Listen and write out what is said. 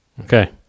Okay